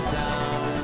down